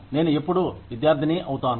నేను ఎప్పుడూ విద్యార్థిని అవుతాను